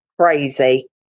crazy